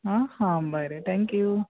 आं आं हां बरें थेंक यू